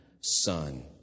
son